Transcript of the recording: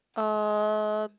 uh